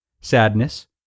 sadness